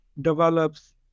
develops